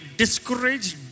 discouraged